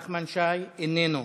נחמן שי, איננו,